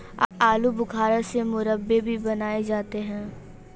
आलू बुखारा से मुरब्बे भी बनाए जाते हैं